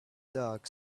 dog